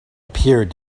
appeared